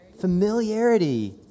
Familiarity